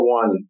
one